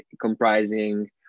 comprising